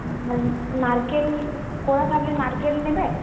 নারকেল কোড়া থাকলে নারকেল নেবে